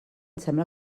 sembla